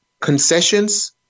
concessions